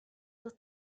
sus